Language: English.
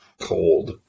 cold